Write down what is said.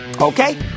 Okay